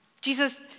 Jesus